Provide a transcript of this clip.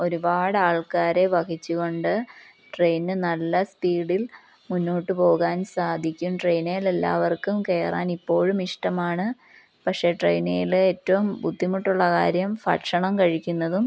ഒരുപാട് ആൾക്കാരെ വഹിച്ചുകൊണ്ട് ട്രെയിന്ന് നല്ല സ്പീഡിൽ മുന്നോട്ട് പോകാൻ സാധിക്കും ട്രെയിനേൽ എല്ലാവർക്കും കയറാൻ ഇപ്പോഴും ഇഷ്ടമാണ് പക്ഷെ ട്രെയിനേൽ ഏറ്റവും ബുദ്ധിമുട്ടുള്ള കാര്യം ഭക്ഷണം കഴിക്കുന്നതും